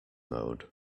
mode